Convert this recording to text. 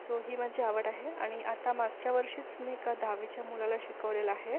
so ही माझी आवड आहे आणि आता मागच्या वर्षीच मी एका दहावीच्या मुलाला शिकवलेलं आहे